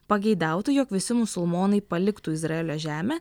pageidautų jog visi musulmonai paliktų izraelio žemę